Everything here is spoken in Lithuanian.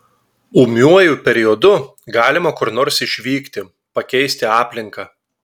ūmiuoju periodu galima kur nors išvykti pakeisti aplinką